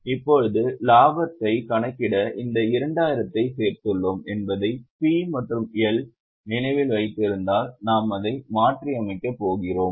இப்போது இலாபத்தை கணக்கிட இந்த 2000 ஐ சேர்த்துள்ளோம் என்பதை P மற்றும் L நினைவில் வைத்திருந்தால் நாம் அதை மாற்றியமைக்கப் போகிறோம்